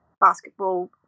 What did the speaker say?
basketball